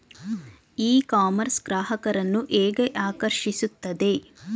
E commerce ಗ್ರಾಹಕರನ್ನು ಹೇಗೆ ಆಕರ್ಷಿಸುತ್ತದೆ?